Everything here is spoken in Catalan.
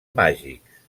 màgics